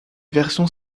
versions